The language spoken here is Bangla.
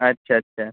আচ্ছা আচ্ছা